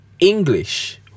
English